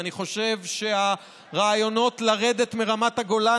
אני חושב שהרעיונות לרדת מרמת הגולן,